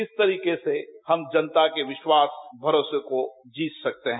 किस तरीके से हम जनता के विश्वास भरोसे से जीत सकते हैं